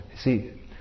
see